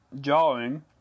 drawing